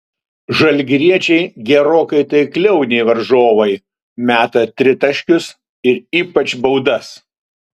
žalgiriečiai gerokai taikliau nei varžovai meta tritaškius ir ypač baudas